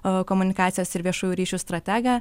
a komunikacijos ir viešųjų ryšių strategą